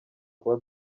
kuba